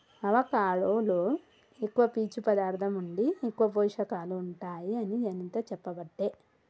avocado లో ఎక్కువ పీచు పదార్ధం ఉండి ఎక్కువ పోషకాలు ఉంటాయి అని అనిత చెప్పబట్టే